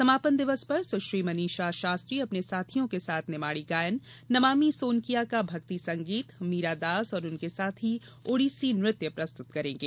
समापन दिवस पर सुश्री मनीषा शास्त्री अपने साथियों के साथ निमाड़ी गायन सुश्री नमामि सोनकिया का भक्ति संगीत सुश्री मीरा दास और उनके साथी ओड़िसी नृत्य प्रस्तुत करेंगे